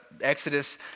Exodus